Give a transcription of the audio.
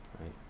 Right